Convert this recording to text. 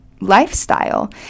lifestyle